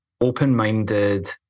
open-minded